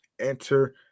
enter